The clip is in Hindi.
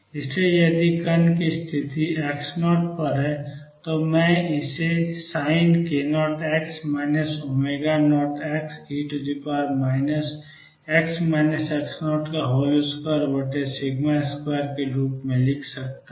इसलिए यदि कण की स्थिति x0 पर है तो मैं इसे Sink0x 0x e 22 के रूप में लिख सकता हूं